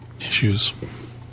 Issues